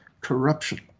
corruption